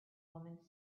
woman